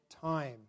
time